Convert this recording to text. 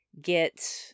get